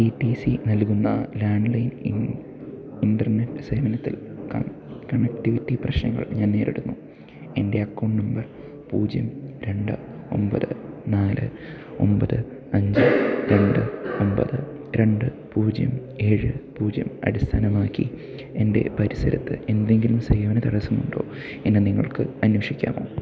E T C നൽകുന്ന landline in internet സേവനത്തിൽ കണക്റ്റിവിറ്റി പ്രശ്നങ്ങൾ ഞാൻ നേരിടുന്നു എൻ്റെ അക്കൗണ്ട് നമ്പർ പൂജ്യം രണ്ട് ഒന്പത് നാല് ഒന്പത് അഞ്ച് രണ്ട് ഒന്പത് രണ്ട് പൂജ്യം ഏഴ് പൂജ്യം അടിസ്ഥാനമാക്കി എൻ്റെ പരിസരത്ത് എന്തെങ്കിലും സേവന തടസ്സമുണ്ടോ എന്നു നിങ്ങൾക്ക് അന്വേഷിക്കാമോ